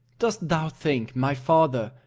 dost thou think my father,